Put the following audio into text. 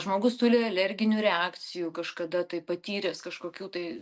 žmogus tuli alerginių reakcijų kažkada tai patyręs kažkokių tai